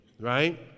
right